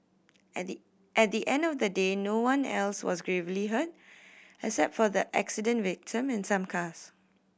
at the at the end of the day no one else was gravely hurt except for the accident victim and some cars